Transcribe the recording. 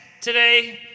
today